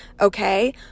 okay